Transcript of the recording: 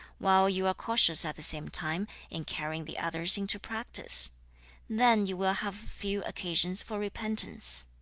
while you are cautious at the same time in carrying the others into practice then you will have few occasions for repentance.